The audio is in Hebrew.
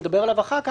שנדבר עליו אחר כך,